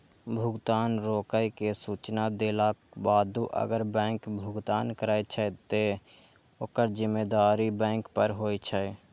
भुगतान रोकै के सूचना देलाक बादो अगर बैंक भुगतान करै छै, ते ओकर जिम्मेदारी बैंक पर होइ छै